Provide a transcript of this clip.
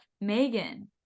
Megan